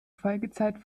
folgezeit